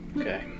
Okay